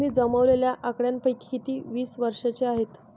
तुम्ही जमवलेल्या आकड्यांपैकी किती वीस वर्षांचे आहेत?